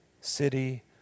city